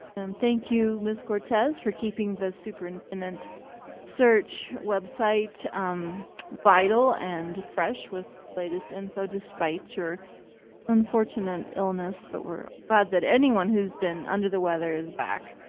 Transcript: and thank you, ms. cortez, for keeping the superintendent search website um vital and fresh with the latest info, despite your unfortunate illness. but we're glad that anyone who's been under the weather is back.